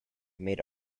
made